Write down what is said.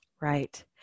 Right